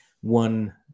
one